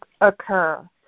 occur